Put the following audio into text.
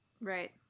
Right